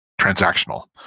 transactional